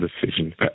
decision